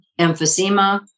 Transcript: emphysema